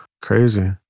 Crazy